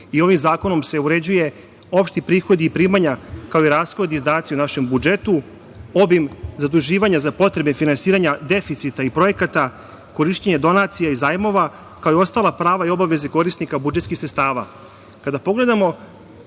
i ovim zakonom se uređuju opšti prihodi i primanja, kao i rashodi i izdaci u našem budžetu, obim zaduživanja za potrebe finansiranja deficita i projekata, korišćenje donacija i zajmova, kao i ostala prava i obaveze korisnika budžetskih sredstava. Kada pogledamo